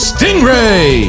Stingray